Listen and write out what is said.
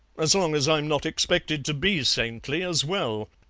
as long as i'm not expected to be saintly as well.